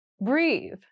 Breathe